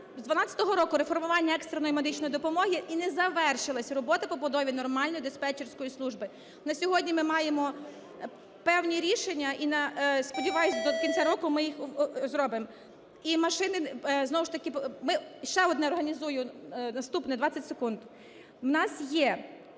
З 12-го року реформування екстреної медичної допомоги і не завершилась робота побудови нормальної диспетчерської служби. На сьогодні ми маємо певні рішення і сподіваюсь до кінця року ми їх зробимо. І машини знову ж таки… Ще одне… Наступне, 20 секунд. У нас є…